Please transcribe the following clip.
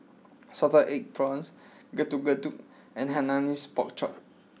Salted Egg Prawns Getuk Getuk and Hainanese Pork Chop